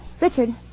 Richard